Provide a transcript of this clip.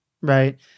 right